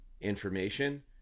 information